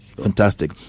Fantastic